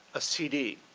a cd,